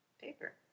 Paper